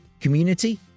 community